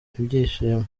ibyishimo